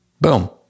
Boom